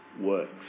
works